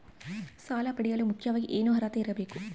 ಸಾಲ ಪಡೆಯಲು ಮುಖ್ಯವಾಗಿ ಏನು ಅರ್ಹತೆ ಇರಬೇಕು?